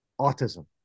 autism